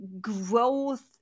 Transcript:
growth